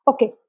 Okay